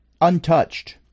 untouched